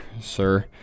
sir